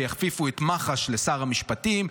שיכפיפו את מח"ש לשר המשפטים.